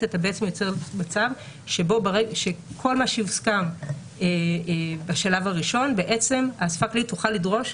אתה בעצם יוצר מצב שכל מה שהוסכם בשלב הראשון האספה הכללית תוכל לדרוש,